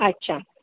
अच्छा